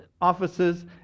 offices